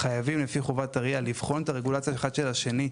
לפי חובת ה-RIA הם גם חייבים לבחון את הרגולציה האחד של השני,